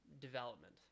development